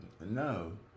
No